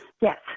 Yes